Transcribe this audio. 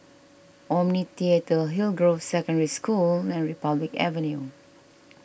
Omni theatre Hillgrove Secondary School and Republic Avenue